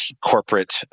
corporate